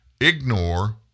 ignore